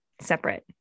separate